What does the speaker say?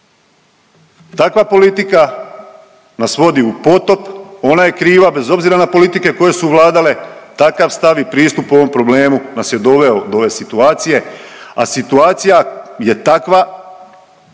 Takva politika nas vodi u potop, ona je kriva bez obzira na politike koje su vladale, takav stav i pristup ovom problemu nas je doveo do ove situacije, a situacija je takva